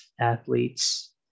athletes